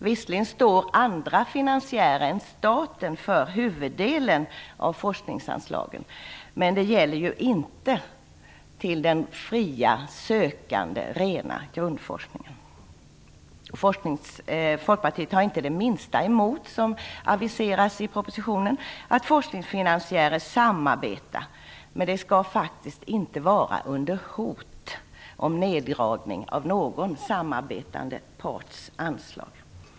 Visserligen står andra finansiärer än staten för huvuddelen av forskningsanslagen, men det gäller inte den fria, sökande och rena grundforskningen. Folkpartiet har inte det minsta emot att forskningsfinansiärer samarbetar, som aviseras i propositionen, men det skall faktiskt inte vara under hot om nerdragning av någon samarbetande parts anslag.